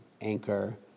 anchor